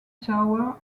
tower